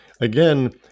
again